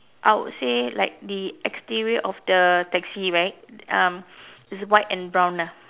I would say like the exterior of the taxi right um it's write and brown ah